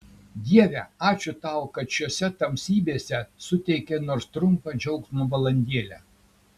dieve ačiū tau kad šiose tamsybėse suteikei nors trumpą džiaugsmo valandėlę